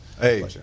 Hey